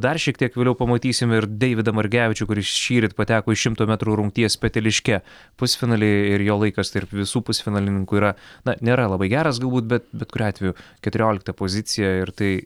dar šiek tiek vėliau pamatysim ir deividą margevičių kuris šįryt pateko į šimto metrų rungties peteliške pusfinaly ir jo laikas tarp visų pusfinalininkų yra na nėra labai geras galbūt bet bet kuriuo atveju keturiolikta pozicija ir tai